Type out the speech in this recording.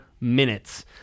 minutes